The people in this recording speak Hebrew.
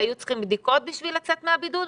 והיו צריכים בדיקות בשביל לצאת מהבידוד,